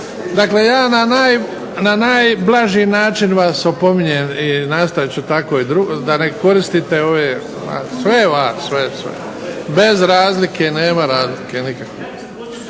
Dakle, ja na najblaži način vas opominjem i nastavit ću tako da ne koriste ove, sve vas, sve, sve. Bez razlike. Nema razlike nikakve.